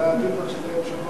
אולי עדיף לך שזה יהיה בשבוע